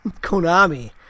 Konami